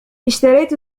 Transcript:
اِشتريت